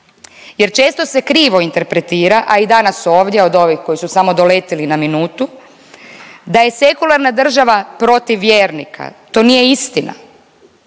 Jer često se krivo interpretira, a i danas ovdje od ovih koji su samo doletili na minutu, da je sekularna država protiv vjernika. To nije istina.